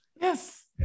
Yes